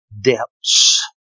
depths